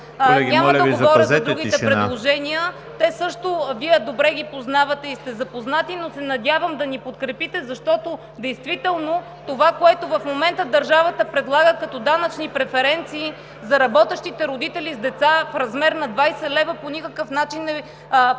Няма да говоря за другите предложения, Вие добре ги познавате и сте запознати. Надявам се да ни подкрепите, защото действително това, което в момента държавата предлага като данъчни преференции за работещите родители с деца в размер на 20 лв., по никакъв начин не показва